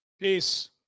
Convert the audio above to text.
Peace